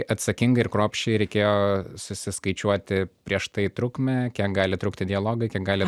atsakingai ir kruopščiai reikėjo susiskaičiuoti prieš tai trukmę kiek gali trukti dialogai kiek gali